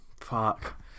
fuck